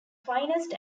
finest